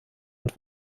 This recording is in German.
und